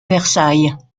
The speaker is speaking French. versailles